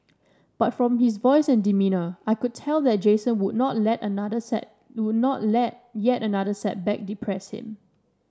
but from his voice and demeanour I could tell that Jason would not let yet another set would not let yet another setback depress him